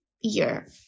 year